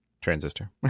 transistor